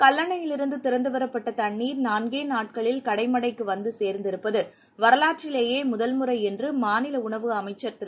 கல்லணையிலிருந்து திறந்துவிடப்பட்ட தண்ணீர் நான்கே நாட்களில் கடைமடைக்கு வந்து சேர்ந்திருப்பது வரலாற்றிலேயே முதல்முறை என்று மாநில உணவு அமைச்சர் திரு